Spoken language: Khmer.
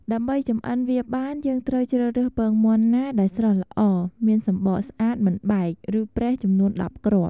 ដើម្បីចម្អិនវាបានយើងត្រូវជ្រើសរើសពងមាន់ណាដែលស្រស់ល្អ មានសំបកស្អាត មិនបែក ឬប្រេះចំនួន១០គ្រាប់។